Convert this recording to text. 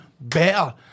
better